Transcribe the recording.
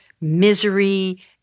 misery